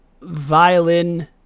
violin